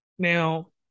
Now